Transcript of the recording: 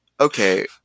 okay